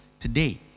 Today